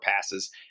passes